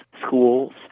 schools